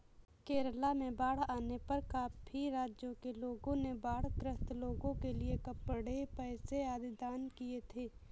केरला में बाढ़ आने पर काफी राज्यों के लोगों ने बाढ़ ग्रस्त लोगों के लिए कपड़े, पैसे आदि दान किए थे